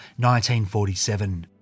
1947